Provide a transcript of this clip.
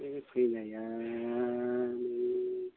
नोङो फैनाया माने